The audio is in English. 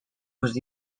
was